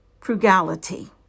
frugality